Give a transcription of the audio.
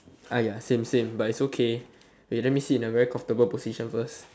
ah ya same same but it's okay wait let me sit in a very comfortable position first